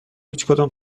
هیچکدام